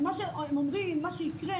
הם אומרים מה שיקרה,